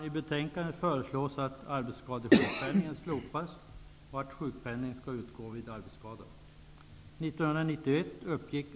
I betänkandet föreslås att arbetsskadesjukpenningen slopas och att sjukpenning skall utgå vid arbetsskada.